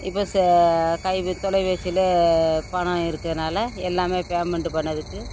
இப்போ சே கைபே தொலைபேசியிலே பணம் இருக்கிறனால் எல்லாமே பேமெண்டு பண்ணுறதுக்கு